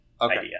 idea